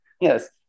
yes